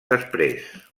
després